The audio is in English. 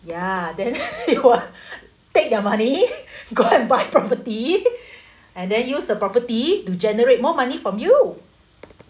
ya then you will take their money go and buy property and then use the property to generate more money from you